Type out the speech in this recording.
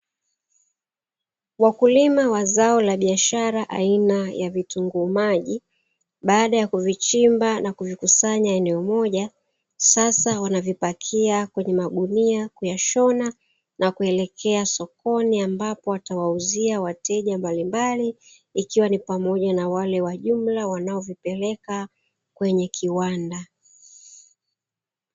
Wakulima wa zao la biashara aina ya vitunguu maji, baada ya kuvichimba na kuvikusanya eneo moja, sasa wanavipakia kwenye magunia kuyashona na kueleke sokoni ambapo watawauzia wateja mbalimbali, ikiwa ni pamoja na wale wa jumla wanaovipeleka kwenye kiwanda.